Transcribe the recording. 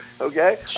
okay